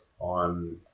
on